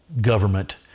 government